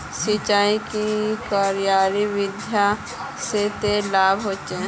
सिंचाईर की क्यारी विधि से की लाभ होचे?